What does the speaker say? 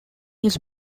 his